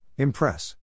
Impress